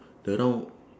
the round